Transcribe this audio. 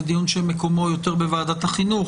זה דיון שמקומו יותר בוועדת החינוך,